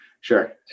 Sure